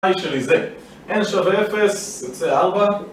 התנאי שלי זה - N שווה 0, יוצא 4